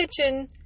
kitchen